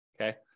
okay